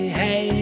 hey